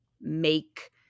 make